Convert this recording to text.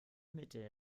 mittel